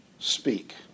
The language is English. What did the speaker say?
Speak